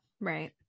Right